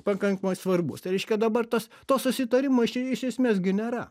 pakankamai svarbus tai reiškia dabar tas to susitarimo iš iš esmės gi nėra